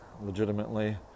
legitimately